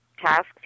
tasks